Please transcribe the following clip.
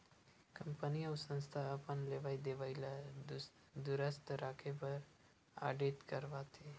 company अउ संस्था ह अपन लेवई देवई ल दुरूस्त राखे बर आडिट करवाथे